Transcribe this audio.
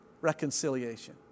reconciliation